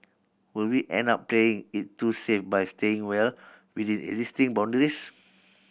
will we end up playing it too safe by staying well within existing boundaries